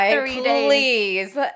please